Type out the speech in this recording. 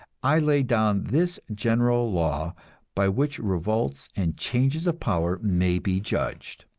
i lay down this general law by which revolts and changes of power may be judged